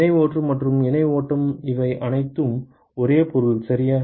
இணை ஓட்டம் மற்றும் இணை ஓட்டம் இவை அனைத்தும் ஒரே பொருள் சரியா